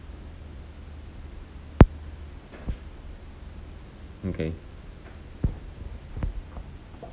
mm kay